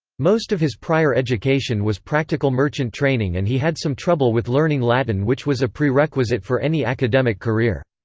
most of his prior education was practical merchant training and he had some trouble with learning latin which was a prerequisite for any academic career.